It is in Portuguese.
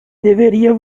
deveria